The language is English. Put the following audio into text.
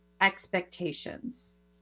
expectations